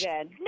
Good